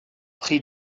prix